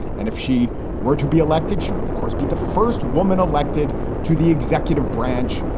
and if she were to be elected, she would of course, be the first woman elected to the executive branch.